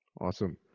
Awesome